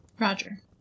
Roger